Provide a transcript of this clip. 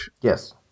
Yes